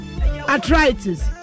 arthritis